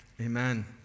amen